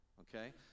okay